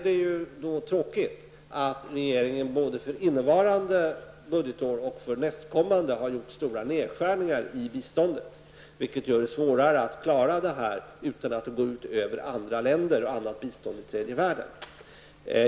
Det är då tråkigt att regeringen både för innevarande budgetår och för nästkommande har gjort stora nedskärningar i biståndet, vilket gör det svårare att klara av denna insats utan att det går ut över andra länder och bistånd i tredje världen.